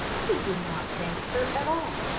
he did not thank her at all.